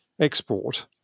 Export